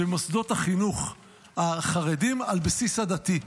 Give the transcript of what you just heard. במוסדות החינוך החרדיים על בסיס עדתי.